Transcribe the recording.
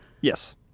Yes